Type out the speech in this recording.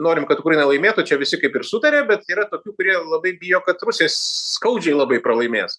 norim kad ukraina laimėtų čia visi kaip ir sutarė bet yra tokių kurie labai bijo kad rusija skaudžiai labai pralaimės